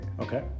Okay